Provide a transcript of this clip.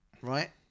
Right